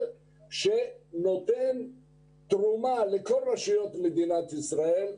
שנותן תרומה לכל רשויות מדינת ישראל.